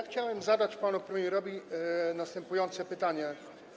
Chciałbym zadać panu premierowi następujące pytanie.